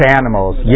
animals